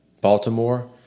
Baltimore